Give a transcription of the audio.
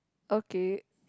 okay